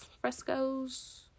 frescoes